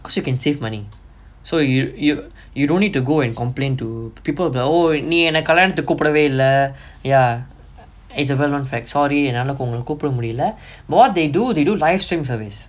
because you can save money so you you you don't need to go and complain to people above we நீ என்ன கல்யாணத்துக்கு கூப்புடவே இல்ல:nee enna kalyaanathukku koopudavae illa ya it's a well known fact sorry என்னால ஒங்கள கூப்புட முடியல:ennaala ongala koopuda mudiyala what they do they do livestream service